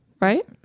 right